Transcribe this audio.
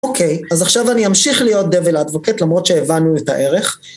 אוקיי, אז עכשיו אני אמשיך להיות "דוויל אדבוקט" למרות שהבנו את הערך.